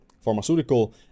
pharmaceutical